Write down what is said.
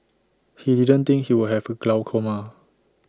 he didn't think he would have glaucoma